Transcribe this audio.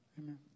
Amen